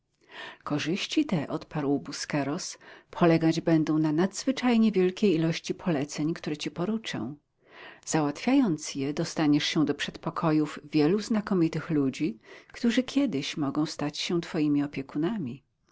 korzyści te odparł busqueros polegać będą na nadzwyczajnie wielkiej ilości poleceń które ci poruczę załatwiając je dostaniesz się do przedpokojów wielu znakomitych ludzi którzy kiedyś mogą stać się twoimi opiekunami